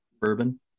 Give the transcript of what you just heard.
bourbon